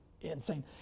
insane